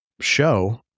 show